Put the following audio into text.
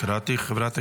חבריי חברי